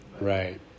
Right